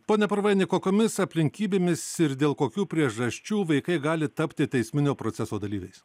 pone purvaini kokiomis aplinkybėmis ir dėl kokių priežasčių vaikai gali tapti teisminio proceso dalyviais